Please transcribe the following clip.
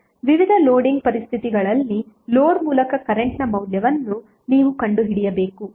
ವಿವಿಧ ಲೋಡಿಂಗ್ ಪರಿಸ್ಥಿತಿಗಳಲ್ಲಿ ಲೋಡ್ ಮೂಲಕ ಕರೆಂಟ್ನ ಮೌಲ್ಯವನ್ನು ನೀವು ಕಂಡುಹಿಡಿಯಬೇಕು